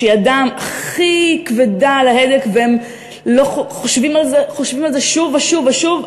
שידם הכי כבדה על ההדק והם חושבים על זה שוב ושוב ושוב,